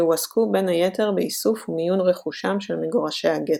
שהועסקו בין היתר באיסוף ומיון רכושם של מגורשי הגטו.